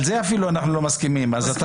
על זה אפילו אנחנו לא מסכימים אז אתה